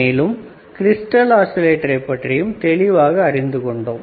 மேலும் கிரிஸ்டல் ஆஸிலேட்டரை பற்றியும் தெளிவாக அறிந்து கொண்டோம்